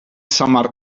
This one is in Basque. samar